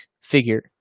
figure